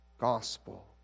gospel